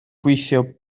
gweithio